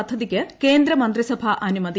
പദ്ധതിക്ക് കേന്ദ്രമന്ത്രിസഭാ അ്നുമതി